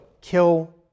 Kill